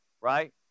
right